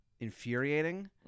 Infuriating